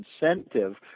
incentive